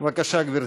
בבקשה, גברתי.